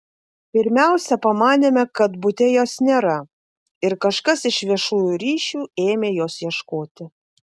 pirmiausia pamanėme kad bute jos nėra ir kažkas iš viešųjų ryšių ėmė jos ieškoti